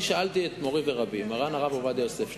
שאלתי את מורי ורבי, מרן הרב עובדיה יוסף שליט"א,